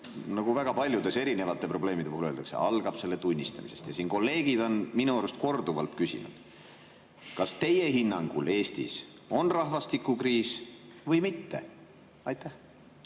nagu väga paljude erinevate probleemide puhul öeldakse, algab selle tunnistamisest. Ja siin on kolleegid minu arust korduvalt küsinud: kas teie hinnangul on Eestis rahvastikukriis või mitte? Aitäh,